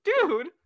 dude